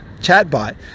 chatbot